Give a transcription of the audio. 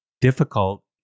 difficult